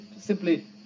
simply